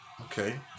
Okay